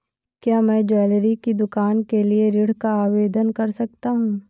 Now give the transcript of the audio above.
क्या मैं ज्वैलरी की दुकान के लिए ऋण का आवेदन कर सकता हूँ?